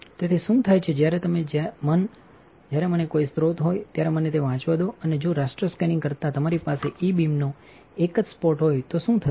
તેથી શું થાયછેજ્યારે તમે જ્યારે મને કોઈ સ્રોત હોય ત્યારે મને તે વાંચવા દો અને જો રાસ્ટર સ્કેનીંગ કરતાં તમારી પાસે ઇ બીમનો એક જ સ્પોટ હોય તો આ શું થશે